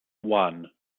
one